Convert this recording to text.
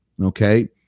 okay